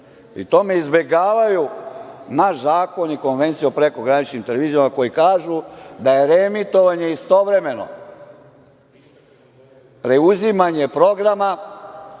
tome izbegavaju naš zakon i Konvenciju o prekograničnim televizijama, koji kažu da je reemitovanje istovremeno preuzimanje programa